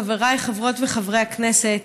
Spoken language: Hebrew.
חבריי חברות וחברי הכנסת,